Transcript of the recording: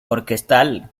orquestal